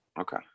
Okay